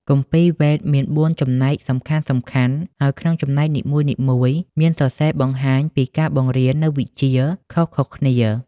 គម្ពីរ វេទ មាន ៤ ចំណែកសំខាន់ៗ ហើយក្នុងចំណែកនីមួយៗមានសរសេរបង្ហាញពីការបង្រៀននូវវិជ្ជាខុសៗគ្នា។